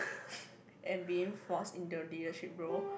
and being force into a leadership role